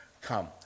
come